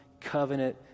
covenant